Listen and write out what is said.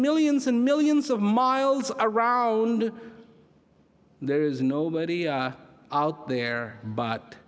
millions and millions of miles around there's nobody out there but